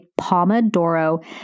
Pomodoro